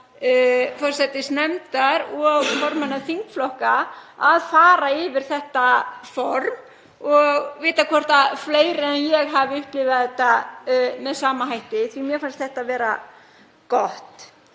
forsætisnefndar og formanna þingflokka að fara yfir þetta form og vita hvort fleiri en ég hafi upplifað þetta með sama hætti því mér fannst þetta vera gott.